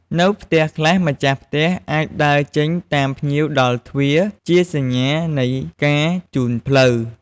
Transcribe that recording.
នៅផ្ទះខ្លះ ម្ចាស់ផ្ទះអាចដើរចេញតាមភ្ញៀវដល់ទ្វារ ជាសញ្ញានៃការជូនផ្លូវ។